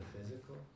physical